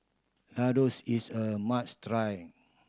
ladoos is a must try